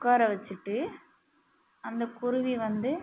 உட்கார வச்சுட்டு அந்த குருவி வந்து